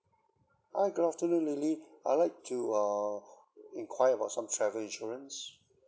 hi good afternoon lily I'd like to uh enquire about some travel insurance